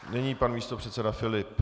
Nyní pan místopředseda Filip.